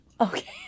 Okay